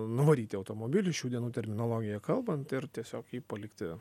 nuvaryti automobilį šių dienų terminologija kalbant ir tiesiog jį palikti